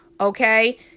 Okay